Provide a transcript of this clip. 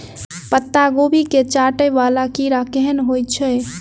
पत्ता कोबी केँ चाटय वला कीड़ा केहन होइ छै?